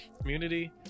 community